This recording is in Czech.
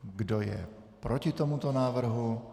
Kdo je proti tomuto návrhu?